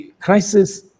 crisis